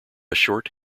short